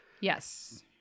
Yes